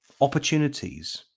opportunities